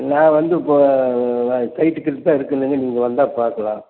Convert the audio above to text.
நான் வந்து இப்போ நான் சைட்டுகிட்ட தான் இருக்கிறேனுங்க நீங்கள் வந்தால் பார்க்கலாம்